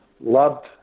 Loved